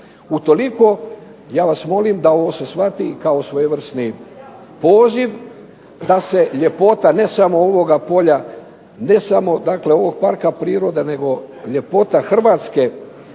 Utoliko ja vas molim da ovo se shvati kao svojevrsni poziv da se ljepota ne samo ovoga polja, ne samo dakle ovog parka prirode, nego ljepota Hrvatske